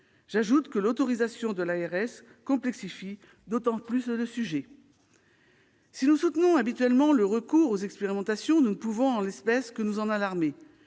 d'une autorisation de l'ARS complexifie davantage encore la démarche. Si nous soutenons habituellement le recours aux expérimentations, nous ne pouvons, en l'espèce, que nous en alarmer.